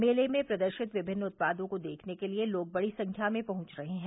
मेले में प्रदर्शित विभिन्न उत्पादों को देखने के लिए लोग बड़ी संख्या में पहुंच रहे हैं